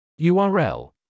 URL